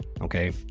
okay